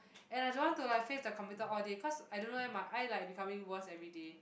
and I don't want to like face the computer all day cause I don't know eh my eye like becoming worse everyday